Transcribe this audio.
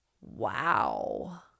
Wow